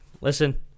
listen